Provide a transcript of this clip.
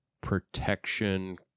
protection